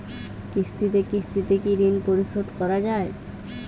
কিস্তিতে কিস্তিতে কি ঋণ পরিশোধ করা য়ায়?